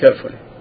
carefully